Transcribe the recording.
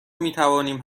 میتوانیم